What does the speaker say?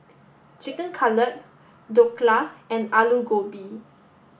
chicken Cutlet Dhokla and Alu Gobi